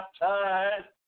baptized